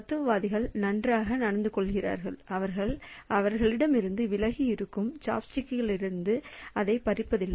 தத்துவவாதிகள் நன்றாக நடந்துகொள்கிறார்கள் அவர்கள் அவர்களிடமிருந்து விலகி இருக்கும் சாப்ஸ்டிக்கிலிருந்து அதைப் பறிப்பதில்லை